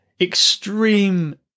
extreme